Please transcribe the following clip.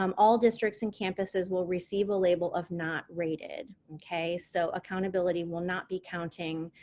um all districts and campuses will receive a label of not rated. okay, so accountability will not be counting.